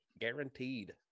Guaranteed